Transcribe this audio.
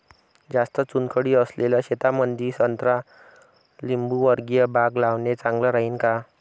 जास्त चुनखडी असलेल्या शेतामंदी संत्रा लिंबूवर्गीय बाग लावणे चांगलं राहिन का?